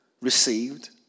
received